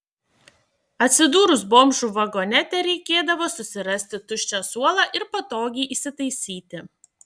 atsidūrus bomžų vagone tereikėdavo susirasti tuščią suolą ir patogiai įsitaisyti